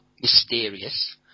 mysterious